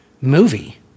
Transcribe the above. movie